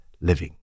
living